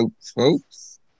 folks